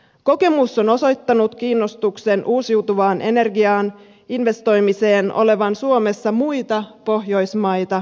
kokemus on osoittanut kiinnostuksen uusiutuvaan energiaan investoimiseen olevan suomessa muita pohjoismaita vähäisempää